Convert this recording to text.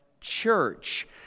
church